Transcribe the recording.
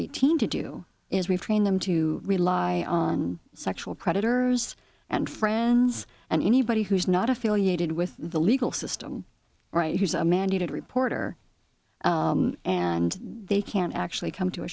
eighteen to do is we've trained them to rely on sexual predators and friends and anybody who's not affiliated with the legal system right who's a mandated reporter and they can actually come to a